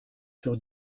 sur